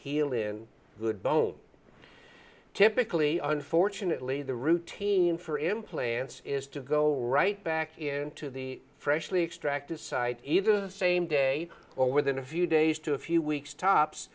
heal in good bone typically unfortunately the routine for implants is to go right back into the freshly extracted site either the same day or within a few days to a few weeks tops